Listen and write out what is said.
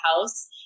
house